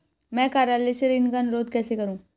मैं कार्यालय से ऋण का अनुरोध कैसे करूँ?